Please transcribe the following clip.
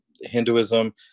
Hinduism